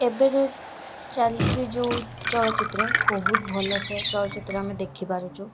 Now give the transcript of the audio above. ଏବେରୁ ଚାଲିଛି ଯେଉଁ ଚଳଚ୍ଚିତ୍ର ବହୁତ ଭଲ ସେ ଚଳଚ୍ଚିତ୍ର ଆମେ ଦେଖିପାରୁଛୁ